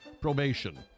probation